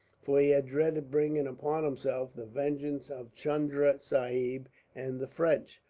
for he had dreaded bringing upon himself the vengeance of chunda sahib and the french,